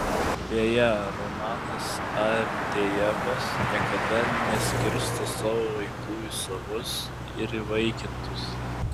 beje romanas avdejevas niekada neskirsto savo vaikų į savus ir įvaikintus